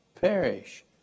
perish